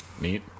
Neat